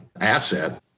asset